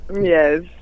Yes